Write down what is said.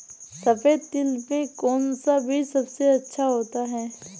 सफेद तिल में कौन सा बीज सबसे अच्छा होता है?